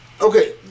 Okay